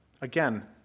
Again